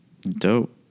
Dope